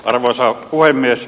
arvoisa puhemies